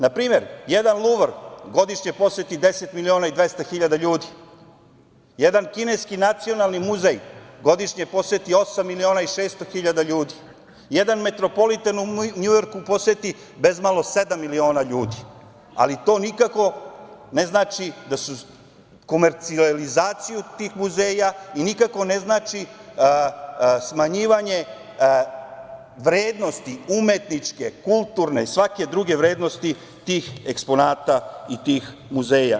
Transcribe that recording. Na primer, jedan Luvr godišnje poseti 10.200.000 ljudi, jedan Kineski nacionalni muzej godišnje poseti 8.600.000 ljudi, jedan Metropoliten u Njujorku posti bez malo sedam miliona ljudi, ali to nikako ne znači komercijalizaciju tih muzeja i nikako ne znači smanjivanje vrednosti umetničke, kulturne i svake druge vrednosti tih eksponata i tih muzeja.